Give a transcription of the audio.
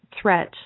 threat